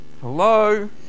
Hello